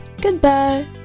Goodbye